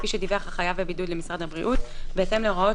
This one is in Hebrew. כפי שדיווח החייב בבידוד למשרד הבריאות בהתאם להוראות